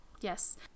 Yes